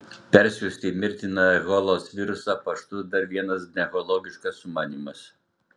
persiųsti mirtiną ebolos virusą paštu dar vienas nelogiškas sumanymas